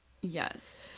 Yes